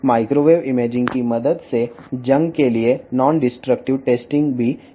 microwave imaging సహాయంతో తుప్పు కోసం నాన్ డిస్ట్రక్టివ్ టెస్టింగ్ కూడా చేయవచ్చును